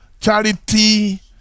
Charity